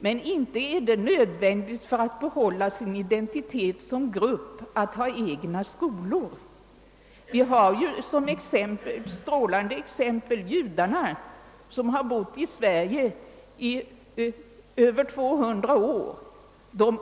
Men inte är det nödvändigt att ha egna skolor för att man skall kunna bibehålla sin identitet som grupp. Judarna utgör i detta fall ett strålande exempel. De har bott i Sverige i över 200 år